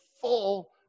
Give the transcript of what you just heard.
full